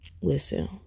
Listen